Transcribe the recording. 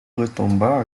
retomba